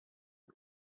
you